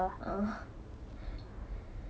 ugh